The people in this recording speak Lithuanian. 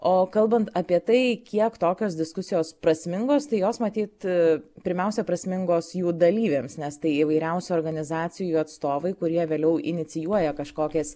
o kalbant apie tai kiek tokios diskusijos prasmingos tai jos matyt pirmiausia prasmingos jų dalyviams nes tai įvairiausių organizacijų atstovai kurie vėliau inicijuoja kažkokias